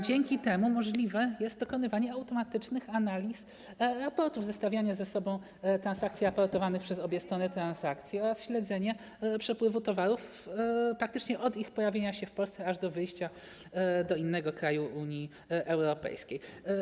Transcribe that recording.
Dzięki temu możliwe jest dokonywanie automatycznych analiz raportów, zestawianie ze sobą transakcji raportowanych przez obie strony transakcji oraz śledzenie przepływu towarów praktycznie od ich pojawienia się w Polsce aż do wyjścia do innego kraju Unii Europejskiej.